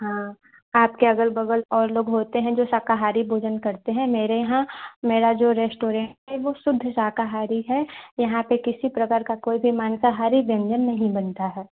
हाँ आपके अगल बगल और लोग होते हैं जो शाकाहारी भोजन करते हैं मेरा यहाँ मेरा जो रेस्टोरेन्ट है वह शुद्ध शाकाहारी है यहाँ पर किसी प्रकार का कोई भी माँसाहारी व्यंजन नहीं बनता है